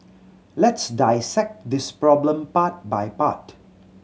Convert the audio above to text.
let's dissect this problem part by part